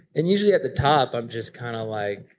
and usually at the top i'm just kind of like,